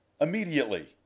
immediately